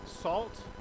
Salt